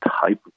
type